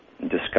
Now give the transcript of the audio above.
discuss